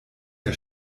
der